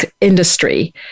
industry